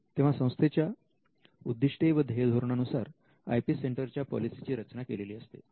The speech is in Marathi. तेव्हा संस्थेच्या उद्दिष्टे व ध्येय धोरणानुसार आय पी सेंटर च्या पॉलिसी ची रचना केलेली असते